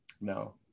No